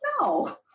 No